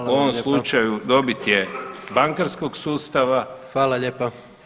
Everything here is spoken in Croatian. U ovom slučaju [[Upadica: Hvala vam lijepa.]] dobit je bankarskog sustava, [[Upadica: Hvala lijepa.]] Oke.